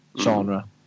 genre